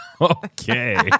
Okay